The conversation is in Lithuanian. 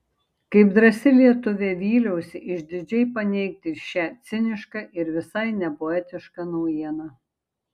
kaip drąsi lietuvė vyliausi išdidžiai paneigti šią cinišką ir visai nepoetišką naujieną